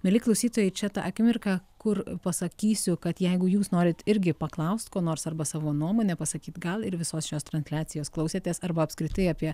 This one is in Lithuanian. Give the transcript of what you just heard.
mieli klausytojai čia ta akimirka kur pasakysiu kad jeigu jūs norit irgi paklaust ko nors arba savo nuomonę pasakyt gal ir visos šios transliacijos klausėtės arba apskritai apie